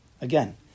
Again